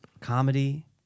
Comedy